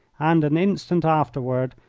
and an instant afterward,